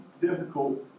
difficult